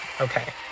okay